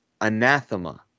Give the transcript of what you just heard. anathema